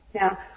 Now